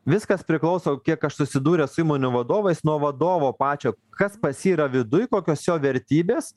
viskas priklauso kiek aš susidūręs su įmonių vadovais nuo vadovo pačio kas pas jį yra viduj kokios jo vertybės